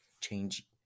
change